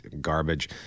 garbage